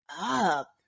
up